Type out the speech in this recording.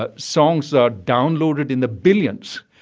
but songs are downloaded in the billions.